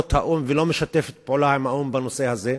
האו"ם ולא משתפת פעולה עם האו"ם בנושא הזה?